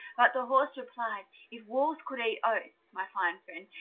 but the horse replied, if wolves could eat oats, my fine friend,